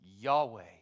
Yahweh